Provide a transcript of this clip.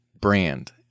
brand